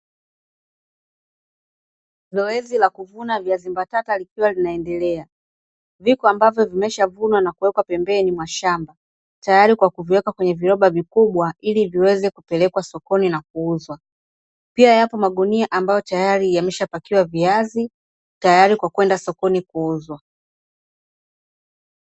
Zoezi la kuvuna viazi mbatata likiwa linaendelea, viko ambavyo vimeshavunwa na kuwekwa pembeni mwa shamba, tayari kwa kuviweka kwenye viroba vikubwa, ili viweze kupelekwa sokoni na kuuzwa; pia yapo magunia ambayo tayari yameshapakiwa viazi, tayari kwa kwenda sokoni kuuzwa.